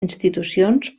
institucions